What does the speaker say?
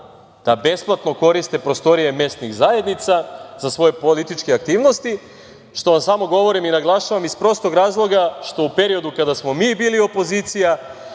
da besplatno koriste prostorije mesnih zajednica za svoje političke aktivnosti, što vam samo govorim i naglašavam iz prostog razloga što u periodu kada smo mi bili opozicija,